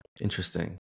Interesting